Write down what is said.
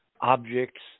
objects